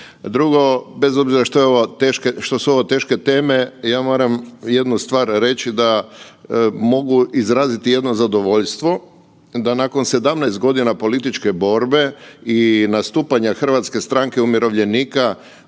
Drugo, bez obzira što su ovo teške teme ja moram jednu stvar reći da mogu izraziti jedno zadovoljstvo da nakon 17 godina političke borbe i nastupanja HSU-a da hrvatski umirovljenici